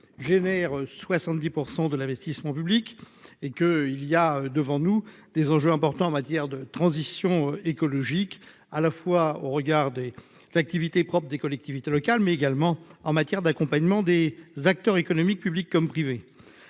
génère 70 % de l'investissement public et que il y a devant nous des enjeux importants en matière de transition écologique à la fois au regard des ses activités propres des collectivités locales, mais également en matière d'accompagnement des acteurs économiques, publics comme privés,